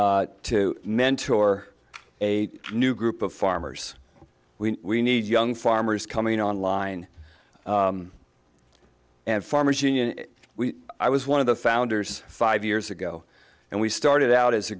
to mentor a new group of farmers we need young farmers coming online and farmers union i was one of the founders five years ago and we started out as a